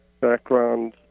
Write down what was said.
background